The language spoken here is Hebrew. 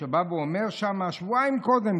שבא ואומר שם שבועיים קודם,